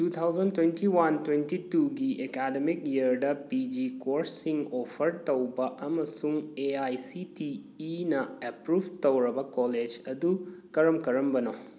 two thousand twenty one twenty ꯇꯨꯒꯤ academic ꯏꯌꯥꯔꯗ P G course ꯁꯤꯡ ꯑꯣꯐꯔ ꯇꯧꯕ ꯑꯃꯁꯨꯡ ꯑꯦ ꯑꯥꯏ ꯁꯤ ꯇꯤ ꯏꯅ ꯑꯦꯄ꯭ꯔꯨꯚ ꯇꯧꯔꯕ ꯀꯣꯂꯦꯖ ꯑꯗꯨ ꯀꯔꯝ ꯀꯔꯝꯕꯅꯣ